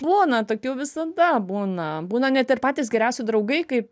būna tokių visada būna būna net ir patys geriausi draugai kaip